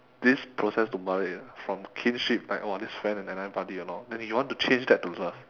this process to migrate from kinship like !wah! this friend and I I buddy and all then you want to change that to love